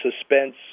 suspense